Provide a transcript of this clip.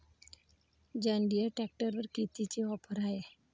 John Deere ट्रॅक्टरवर कितीची offer हाये?